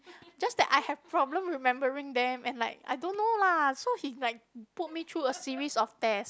just that I have problem remembering them and like I don't know lah so he like put me through a series of test